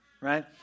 right